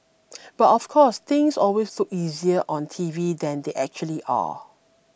but of course things always look easier on T V than they actually are